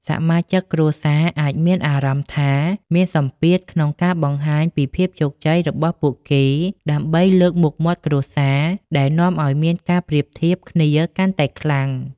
សមាជិកគ្រួសារអាចមានអារម្មណ៍ថាមានសម្ពាធក្នុងការបង្ហាញពីភាពជោគជ័យរបស់ពួកគេដើម្បីលើកមុខមាត់គ្រួសារ ដែលនាំឲ្យមានការប្រៀបធៀបគ្នាកាន់តែខ្លាំង។